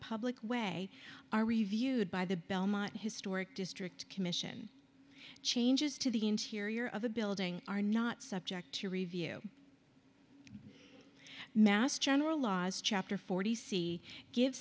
public way are reviewed by the belmont historic district commission changes to the interior of a building are not subject to review mass general laws chapter forty c give